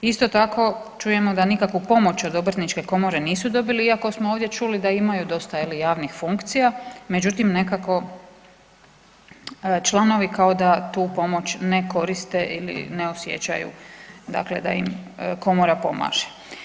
Isto tako čujemo da nikakvu pomoć od obrtničke komore nisu dobili iako smo ovdje čuli da imaju dosta je li javnih funkcija, međutim nekako članovi kao da tu pomoć ne koriste ili ne osjećaju dakle da im komora pomaže.